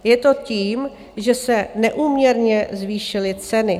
Je to tím, že se neúměrně zvýšily ceny.